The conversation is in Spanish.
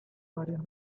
varias